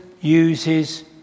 uses